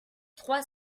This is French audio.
trois